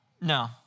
no